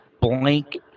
blank